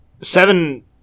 Seven